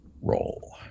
roll